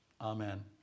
amen